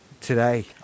today